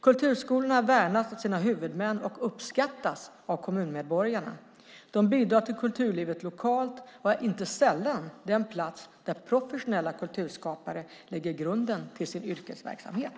Kulturskolorna värnas av sina huvudmän och uppskattas av kommunmedborgarna. De bidrar till kulturlivet lokalt och är inte sällan den plats där professionella kulturskapare lägger grunden till sin yrkesverksamhet.